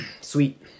Sweet